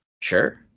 Sure